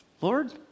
Lord